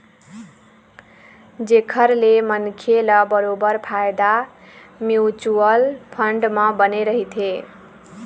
जेखर ले मनखे ल बरोबर फायदा म्युचुअल फंड म बने रहिथे